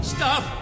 Stop